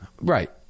Right